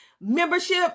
membership